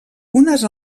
unes